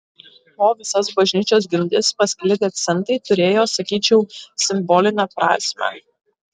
po visas bažnyčios grindis pasklidę centai turėjo sakyčiau simbolinę prasmę